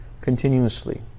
continuously